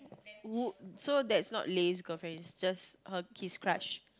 o~ so that's not Lay's girlfriend is just her his crush